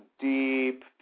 deep